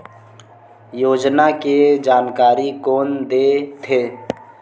योजना के जानकारी कोन दे थे?